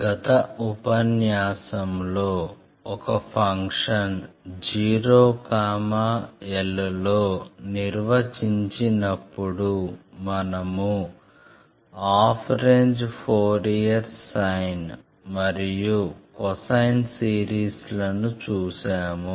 గత ఉపన్యాసంలో ఒక ఫంక్షన్ 0 lలో నిర్వచించినప్పుడు మనము హాఫ్ రేంజ్ ఫోరియర్ సైన్ మరియు కొసైన్ సిరీస్లను చూసాము